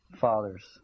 father's